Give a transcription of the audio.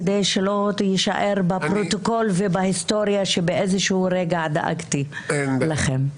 כדי שלא יישאר בפרוטוקול ובהיסטוריה שבאיזה רגע דאגתי לכם.